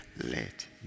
Let